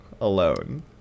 alone